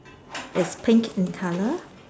it's pink in colour